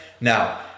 Now